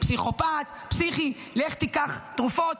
פסיכופט, פסיכי, לך תיקח תרופות.